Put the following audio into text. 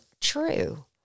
true